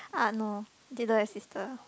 uh no they don't have sister